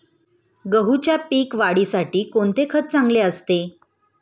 गहूच्या पीक वाढीसाठी कोणते खत चांगले असते?